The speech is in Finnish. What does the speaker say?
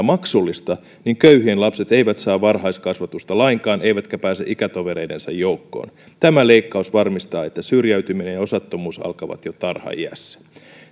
maksullista niin köyhien lapset eivät saa varhaiskasvatusta lainkaan eivätkä pääse ikätovereidensa joukkoon tämä leikkaus varmistaa että syrjäytyminen ja osattomuus alkavat jo tarhaiässä